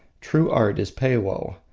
true art is peiwoh,